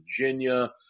Virginia